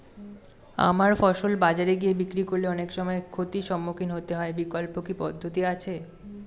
আমার ফসল বাজারে গিয়ে বিক্রি করলে অনেক সময় ক্ষতির সম্মুখীন হতে হয় বিকল্প কি পদ্ধতি আছে?